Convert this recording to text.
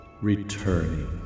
returning